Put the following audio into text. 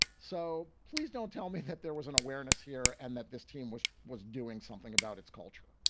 so please don't tell me that there was an awareness here and that this team, which was doing something about its culture,